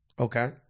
Okay